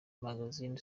magasin